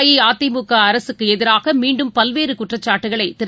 அஇஅதிமுக அரசுக்கு எதிராக மீண்டும் பல்வேறு குற்றச்சாட்டுகளை திரு